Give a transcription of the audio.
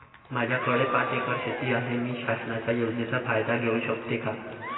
माझ्याकडे पाच एकर शेती आहे, मी शासनाच्या योजनेचा फायदा घेऊ शकते का?